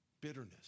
Bitterness